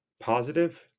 positive